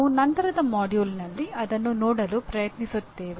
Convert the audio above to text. ನಾವು ನಂತರದ ಪಠ್ಯಕ್ರಮದಲ್ಲಿ ಅದನ್ನು ನೋಡಲು ಪ್ರಯತ್ನಿಸುತ್ತೇವೆ